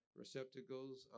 receptacles